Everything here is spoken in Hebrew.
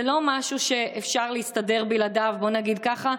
זה לא משהו שאפשר להסתדר בלעדיו, בוא נגיד ככה.